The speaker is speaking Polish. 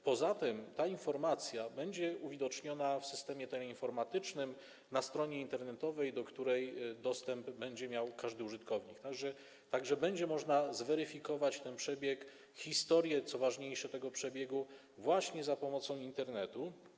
Poza tym ta informacja będzie uwidoczniona w systemie teleinformatycznym, na stronie internetowej, do której dostęp będzie miał każdy użytkownik, tak więc będzie można zweryfikować przebieg pojazdu, a co ważniejsze, historię przebiegu właśnie za pomocą Internetu.